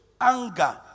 anger